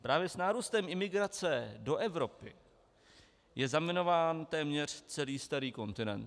Právě s nárůstem imigrace do Evropy je zaminován téměř celý starý kontinent.